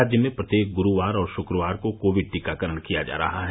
राज्य में प्रत्येक ग्रूवार और शुक्रवार को कोविड टीकाकरण किया जा रहा है